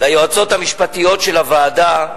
ליועצות המשפטיות של הוועדה,